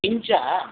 किञ्च